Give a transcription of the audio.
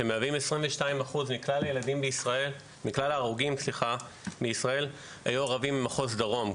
שמהווים 22% מכלל הילדים ההרוגים בישראל היו ערבים ממחוז דרום,